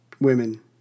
women